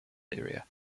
area